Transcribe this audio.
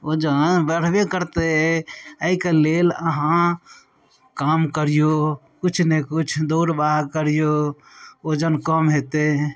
वजन बढबे करतइ अइके लेल अहाँ काम करियौ किछु ने किछु दौड़ भाग करियौ वजन कम हेतय